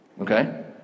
Okay